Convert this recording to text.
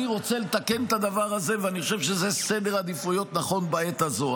אני רוצה לתקן את הדבר הזה ואני חושב שזה סדר עדיפויות נכון בעת הזו.